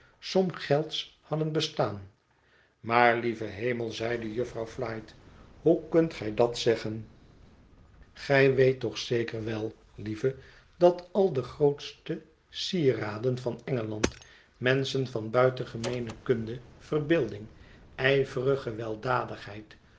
som gelds hadden bestaan maar lieve hemel zeide jufvrouw flite hoe kunt gij dat zeggen gij weet toch zeker wel lieve dat al de grootste sieraden van engeland menschen van buitengemeene kunde verbeelding ijverige